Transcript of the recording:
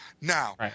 Now